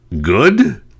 good